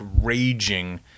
raging